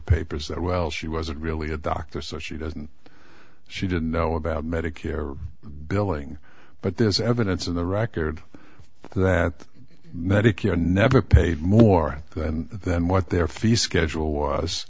papers that well she wasn't really a doctor so she doesn't she didn't know about medicare billing but there's evidence in the record that medicare never paid more than what their fee schedule was